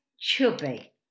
chubby